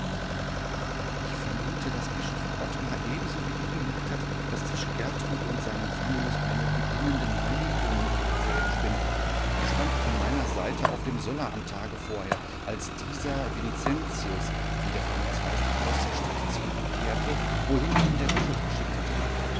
aber ich vermute daß bischof ottmar ebenso wie ich bemerkt hat daß zwischen gertrud und seinem famulus eine beginnende neigung ihre fäden spinnt er stand an meiner seite auf dem söller am tage vorher als dieser vincentius wie der famulus heißt aus der stadt zurückkehrte wohin ihn der bischof geschickt hatte